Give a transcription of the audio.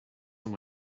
some